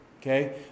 Okay